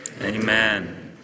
Amen